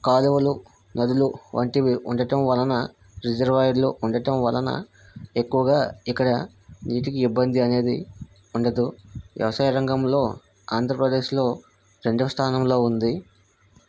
కాలువలు నదులు వంటివి ఉండటం వలన రిజర్వాయర్లు ఉండటం వలన ఎక్కువగా ఇక్కడ నీటికి ఇబ్బంది అనేది ఉండదు వ్యవసాయ రంగంలో ఆంధ్రప్రదేశ్లో రెండవ స్థానంలో ఉంది